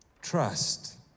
Trust